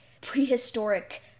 prehistoric